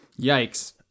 Yikes